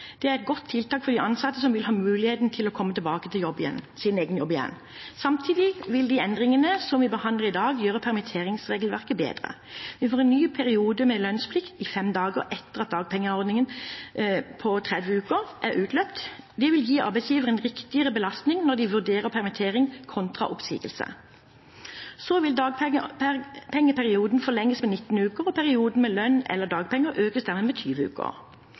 Det er et godt tiltak for de ansatte som vil ha muligheten til å komme tilbake til sin egen jobb igjen. Samtidig vil de endringene som vi behandler i dag, gjøre permitteringsregelverket bedre. Vi får en ny periode med lønnsplikt i fem dager etter at dagpengeperioden på 30 uker er utløpt. Det vil gi arbeidsgiverne en riktigere belastning når de vurderer permittering kontra oppsigelser. Så vil dagpengeperioden forlenges med 19 uker. Perioden med lønn eller dagpenger økes dermed med 20 uker.